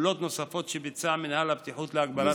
פעולות נוספות שביצע המינהל להגברת הבטיחות בענף הבנייה,